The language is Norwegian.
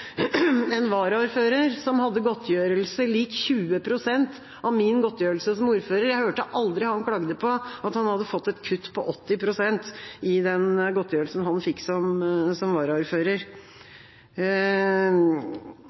hørte aldri at han klagde på at han hadde fått et kutt på 80 pst. i den godtgjørelsen han fikk som varaordfører.